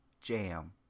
jam